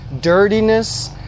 dirtiness